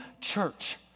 church